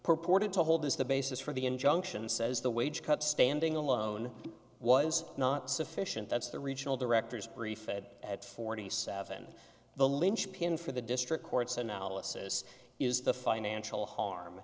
purported to hold is the basis for the injunction says the wage cut standing alone was not sufficient that's the regional directors brief at forty seven the linchpin for the district court's analysis is the financial harm